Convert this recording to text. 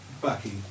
Bucky